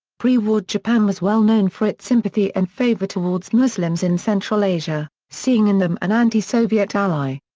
pre-war japan was well known for its sympathy and favour towards muslims in central asia, seeing in them an anti-soviet ally.